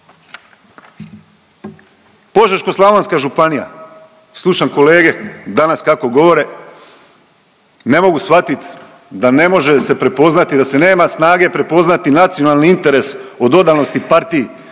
Požeško-slavonska županija, slušam kolege danas kako govore ne mogu shvatit da ne može se prepoznati, da se nema snage prepoznati nacionalni interes od odanosti partiji.